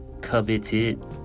coveted